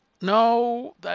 No